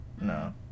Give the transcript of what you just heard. No